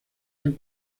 han